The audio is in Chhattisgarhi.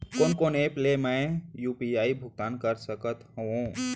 कोन कोन एप ले मैं यू.पी.आई भुगतान कर सकत हओं?